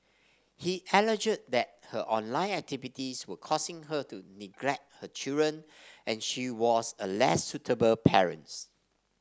he alleged that her online activities were causing her to neglect her children and she was a less suitable parent